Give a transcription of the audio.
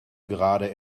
gerade